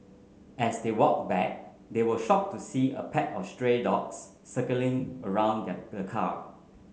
as they walked back they were shocked to see a pack of stray dogs circling around the the car